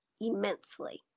immensely